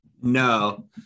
No